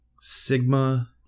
Sigma